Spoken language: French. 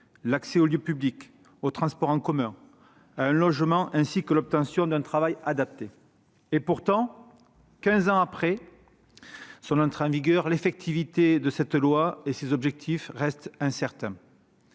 l'accès aux lieux publics, aux transports en commun, à un logement, ainsi que l'obtention d'un travail adapté. Pourtant, quinze ans après son entrée en vigueur, l'effectivité de cette loi reste incertaine.